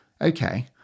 Okay